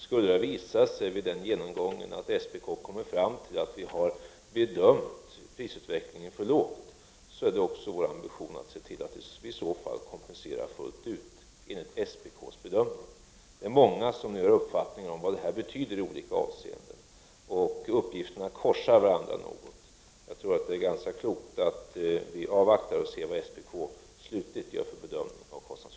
Skulle det vid genomgången visa sig att SPK kommer fram till att vi har bedömt prisutvecklingen för lågt, är det vår ambition att se till att vi kompenserar fullt ut enligt SPK:s bedömning. Många gör uppskattningar av vad det här betyder i olika avseenden och uppgifterna korsar varandra något. Jag tror att det är ganska klokt att vi avvaktar och ser vad SPK slutgiltigt gör för bedömning av kostnadsutvecklingen.